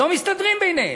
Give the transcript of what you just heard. לא מסתדרים ביניהם.